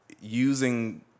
using